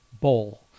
bowl